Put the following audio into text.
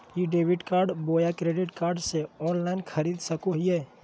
ई debit बोया credit card से online खरीद सको हिए?